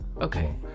Okay